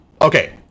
okay